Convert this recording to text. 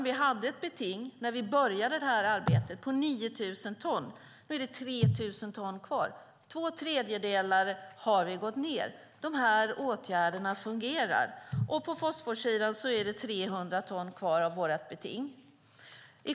Vi hade ett beting när vi började arbetet på 9 000 ton. Nu är det 3 000 ton kvar. Vi har gått ned med två tredjedelar. Åtgärderna fungerar. På fosforsidan är det 300 ton kvar av vårt beting.